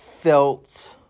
felt